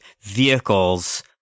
vehicles